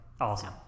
Awesome